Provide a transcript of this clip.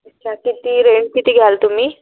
अच्छा किती रेंट किती घ्याल तुम्ही